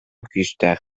күүстээх